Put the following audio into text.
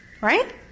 Right